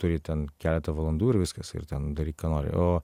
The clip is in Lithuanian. turi ten keletą valandų ir viskas ir ten daryk ką nori o